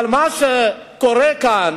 אבל מה שקורה כאן,